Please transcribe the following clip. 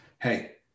hey